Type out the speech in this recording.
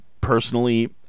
personally